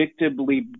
predictably